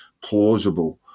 plausible